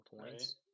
points